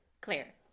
clear